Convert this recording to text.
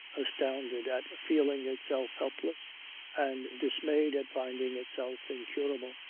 astounded at feeling itself helpless and dismayed at finding itself incurable.